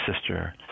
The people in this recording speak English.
sister